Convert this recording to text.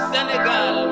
Senegal